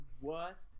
Worst